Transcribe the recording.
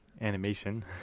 animation